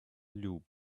lube